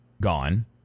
gone